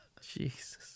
Jesus